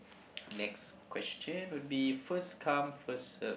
next question would be first come first serve